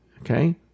okay